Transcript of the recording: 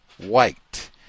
white